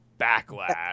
backlash